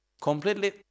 Completely